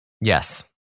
Yes